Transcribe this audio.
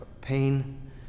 pain